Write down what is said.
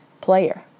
player